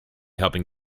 helping